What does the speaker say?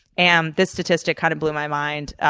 and this statistic kind of blew my mind,